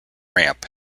ramp